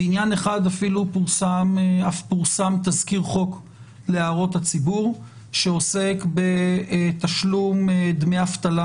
בעניין אחד אף פורסם תזכיר חוק להערות הציבור שעוסק בתשלום דמי אבטלה